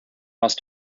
must